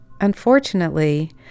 unfortunately